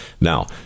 Now